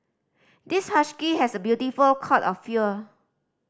this husky has a beautiful cut of fewer